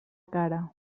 cara